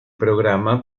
programa